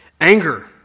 Anger